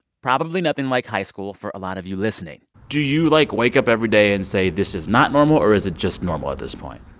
probably nothing like high school for a lot of you listening do you, like, wake up every day and say, this is not normal, or is it just normal at this point?